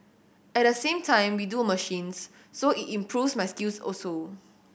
at the same time we do machines so it improves my skills also